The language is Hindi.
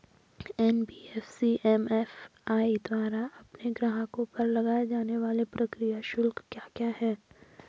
एन.बी.एफ.सी एम.एफ.आई द्वारा अपने ग्राहकों पर लगाए जाने वाले प्रक्रिया शुल्क क्या क्या हैं?